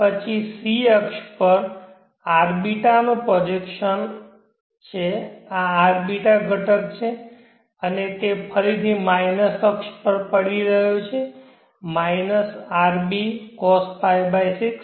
પછી c અક્ષ પર rβ નો પ્રોજેક્શન આ rβ ઘટક છે અને તે ફરીથી માઈનસઅક્ષ પર પડી રહ્યો છે માઈનસ rβ cosπ6